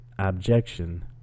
objection